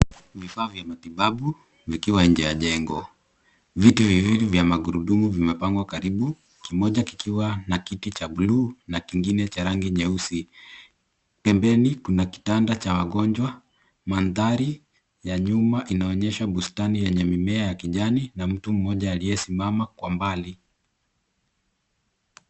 Vifaa vya matibabu vikiwa nje ya jengo. Viti viwili vya magurudumu vimepangwa karibu, kimoja kikiwa na kiti cha bluu na kingine cha rangi nyeusi. Pembeni kuna kitanda cha wagonjwa. Mandhari ya nyuma inaonyesha bustani yenye mimea ya kijani na mtu mmoja aliyesimama kwa mbali.